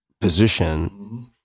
position